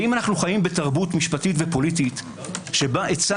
האם אנחנו חיים בתרבות משפטית ופוליטית שבה עצה